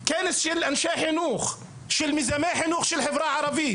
כנס של אנשי חינוך, של מיזמי חינוך של חברה ערבית.